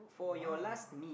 !wow!